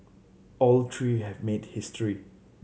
all three have made history